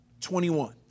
21